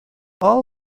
all